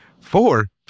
Four